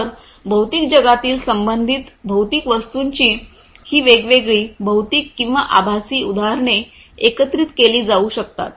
तर भौतिक जगातील संबंधित भौतिक वस्तूंची ही वेगवेगळी भौतिक किंवा आभासी उदाहरणे एकत्रित केली जाऊ शकतात